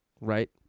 right